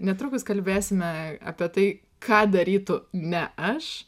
netrukus kalbėsime apie tai ką darytų ne aš